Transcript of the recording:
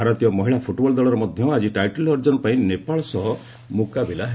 ଭାରତୀୟ ମହିଳା ଫୁଟବଲ ଦଳର ମଧ୍ୟ ଆଜି ଟାଇଟଲ୍ ଅର୍ଜନ ପାଇଁ ନେପାଳ ସହ ମୁକାବିଲା ହେବ